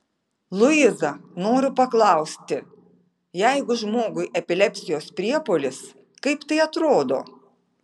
luiza noriu paklausti jeigu žmogui epilepsijos priepuolis kaip tai atrodo